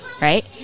right